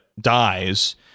dies